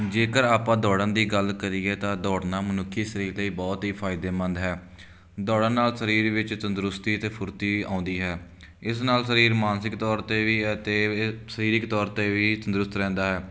ਜੇਕਰ ਆਪਾਂ ਦੌੜਨ ਦੀ ਗੱਲ ਕਰੀਏ ਤਾਂ ਦੌੜਨਾ ਮਨੁੱਖੀ ਸਰੀਰ ਲਈ ਬਹੁਤ ਹੀ ਫਾਇਦੇਮੰਦ ਹੈ ਦੌੜਨ ਨਾਲ ਸਰੀਰ ਵਿੱਚ ਤੰਦਰੁਸਤੀ ਅਤੇ ਫੁਰਤੀ ਆਉਂਦੀ ਹੈ ਇਸ ਨਾਲ ਸਰੀਰ ਮਾਨਸਿਕ ਤੌਰ 'ਤੇ ਵੀ ਹੈ ਅਤੇ ਸਰੀਰਕ ਤੌਰ 'ਤੇ ਵੀ ਤੰਦਰੁਸਤ ਰਹਿੰਦਾ ਹੈ